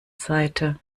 seite